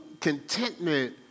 contentment